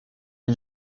est